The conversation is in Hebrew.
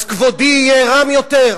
אז כבודי יהיה רם יותר?